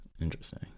Interesting